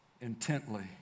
intently